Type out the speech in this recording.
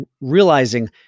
realizing